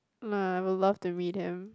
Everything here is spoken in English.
ya I would love to be them